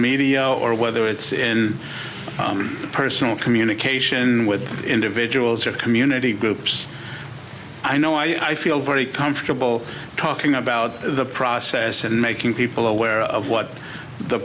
media or whether it's in personal communication with individuals or community groups i know i feel very comfortable talking about the process and making people aware of what the